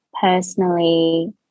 personally